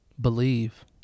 Believe